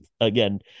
again